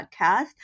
podcast